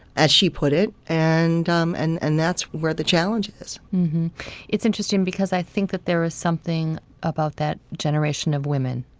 as she put it. and um and and that's where the challenge is it's interesting because i think that there was something about that generation of women.